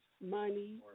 money